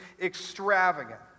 extravagant